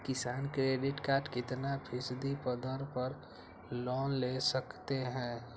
किसान credit card कितना फीसदी दर पर लोन ले सकते हैं?